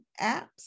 apps